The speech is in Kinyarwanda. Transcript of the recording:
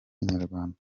inyarwanda